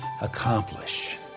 accomplish